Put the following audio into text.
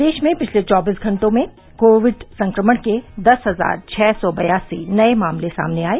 प्रदेश में पिछले चौबीस घंटों में कोविड संक्रमण के दस हजार छः सौ बयासी नये मामले सामने आये